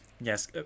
Yes